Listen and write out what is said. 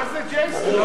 מה זה J Street?